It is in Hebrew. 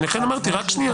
לכן אמרתי: רק שנייה.